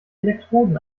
elektroden